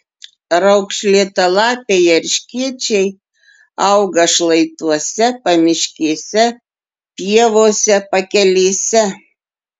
raukšlėtalapiai erškėčiai auga šlaituose pamiškėse pievose pakelėse